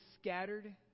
scattered